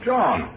John